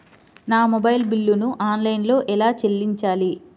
నా మొబైల్ బిల్లును ఆన్లైన్లో ఎలా చెల్లించాలి?